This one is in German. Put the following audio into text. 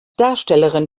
darstellerin